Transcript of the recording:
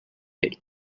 ell